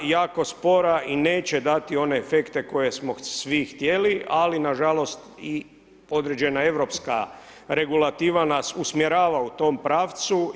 Jako spora i neće dati one efekte koje smo svi htjeli ali na žalost i određena Europska regulativa nas usmjerava u tom pravcu.